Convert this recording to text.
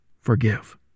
forgive